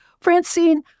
Francine